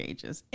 Ages